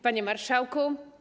Panie Marszałku!